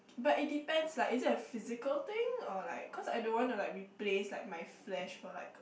but it depends like is it a physical thing or like cause I don't want to like replace like my flash for like